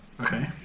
Okay